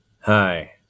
Hi